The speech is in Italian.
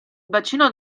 bacino